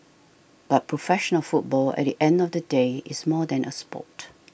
but professional football at the end of the day is more than a sport